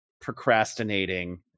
procrastinating